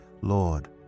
Lord